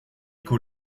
qu’au